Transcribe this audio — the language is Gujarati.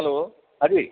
હલો હાજી